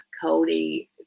Cody